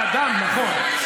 זכות האדם, נכון.